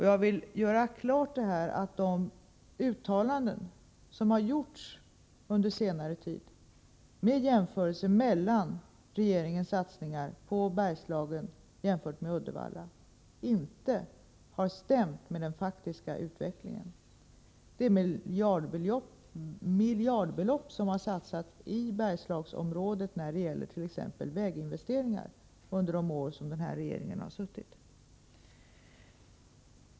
Jag vill göra klart att de uttalanden som har gjorts under senare tid — med jämförelser mellan regeringens satsningar på Bergslagen och på Uddevalla — inte har stämt med den faktiska utvecklingen. Miljardbelopp har satsats i Bergslagsområdet när det gäller t.ex. väginvesteringar under de år som den här regeringen har suttit.